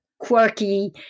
quirky